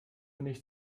nicht